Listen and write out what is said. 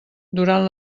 durant